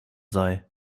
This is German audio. sei